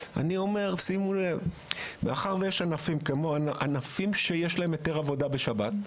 שימו לב, יש ענפים שיש להם היתר עבודה בשבת.